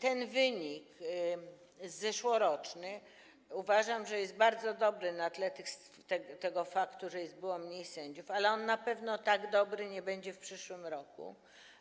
Ten wynik zeszłoroczny, uważam, jest bardzo dobry na tle tego faktu, że było mniej sędziów, ale on na pewno tak dobry nie będzie w przyszłym roku,